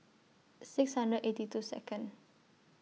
six hundred eighty two Second